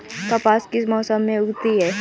कपास किस मौसम में उगती है?